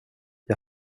jag